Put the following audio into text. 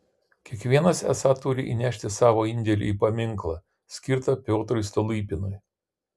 kiekvienas esą turi įnešti savo indėlį į paminklą skirtą piotrui stolypinui